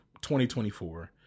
2024